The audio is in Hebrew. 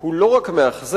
הוא לא רק מאכזב,